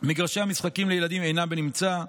מגרשי המשחקים לילדים אינם בנמצא.